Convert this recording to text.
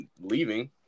leaving